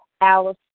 Alice